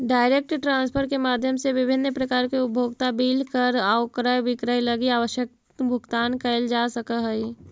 direct transfer के माध्यम से विभिन्न प्रकार के उपभोक्ता बिल कर आउ क्रय विक्रय लगी आवश्यक भुगतान कैल जा सकऽ हइ